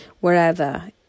wherever